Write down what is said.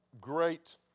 great